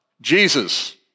Jesus